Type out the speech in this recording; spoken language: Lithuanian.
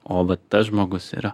o vat tas žmogus yra